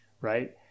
right